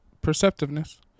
perceptiveness